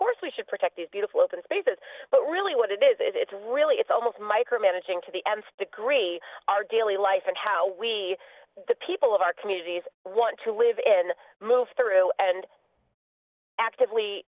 course we should protect these beautiful open spaces but really what it is it's really it's almost micromanaging to the nth degree our daily life and how we the people of our communities want to live in move through and actively